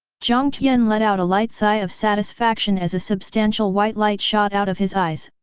jiang tian let out a light sigh of satisfaction as a substantial white light shot out of his eyes,